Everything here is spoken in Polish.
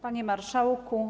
Panie Marszałku!